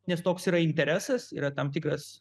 nes toks yra interesas yra tam tikras